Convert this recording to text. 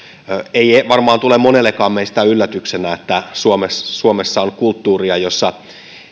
ei varmaan tule monellekaan meistä yllätyksenä että suomessa suomessa on kulttuuria jossa